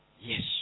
Yes